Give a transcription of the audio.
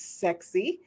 sexy